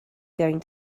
going